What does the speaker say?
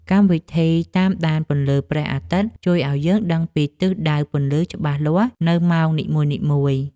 កម្មវិធីតាមដានពន្លឺព្រះអាទិត្យ ជួយឱ្យយើងដឹងពីទិសដៅពន្លឺច្បាស់លាស់នៅម៉ោងនីមួយៗ។